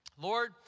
Lord